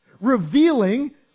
Revealing